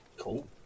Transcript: Cool